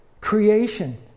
Creation